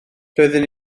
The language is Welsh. doeddwn